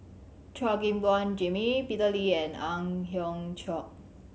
Chua Gim Guan Jimmy Peter Lee and Ang Hiong Chiok